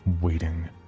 waiting